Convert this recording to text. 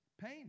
pain